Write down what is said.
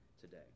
today